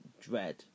dread